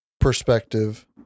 perspective